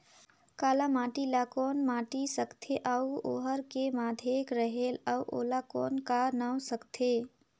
काला माटी ला कौन माटी सकथे अउ ओहार के माधेक रेहेल अउ ओला कौन का नाव सकथे?